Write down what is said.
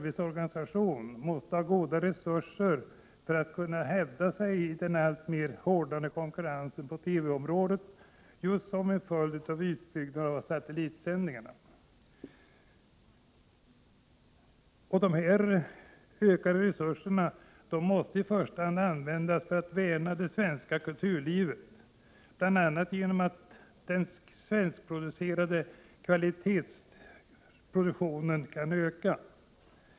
1987/88:46 organisation måste ha goda resurser för att kunna hävda sig i den alltmer 16 december 1987 hårdnande konkurrensen på TV-området, som är en följd avutbyggnadenav. ZI satellitsändningarna. Dessa ökade resurser måste i första hand användas för att värna det svenska kulturlivet, bl.a. genom att den svenska kvalitetsproduktionen ökas.